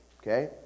Okay